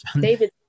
david